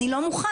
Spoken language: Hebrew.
אני לא מוכן.